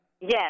Yes